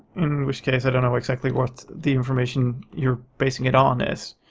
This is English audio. in which case i don't know exactly what the information you're basing it on is.